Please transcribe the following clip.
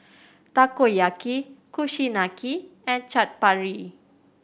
Takoyaki Kushiyaki and Chaat Papri